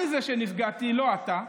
אני זה שנפגעתי, לא אתה.